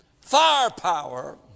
firepower